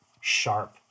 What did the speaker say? sharp